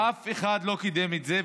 אף אחד לא קידם את זה,